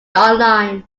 online